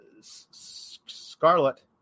Scarlet